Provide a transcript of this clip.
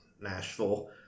Nashville